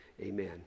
amen